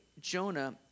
Jonah